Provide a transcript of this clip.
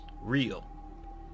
real